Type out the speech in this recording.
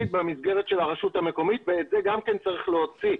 במסגרת הרשות המקומית וגם את זה צריך להוציא.